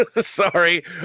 sorry